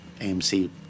AMC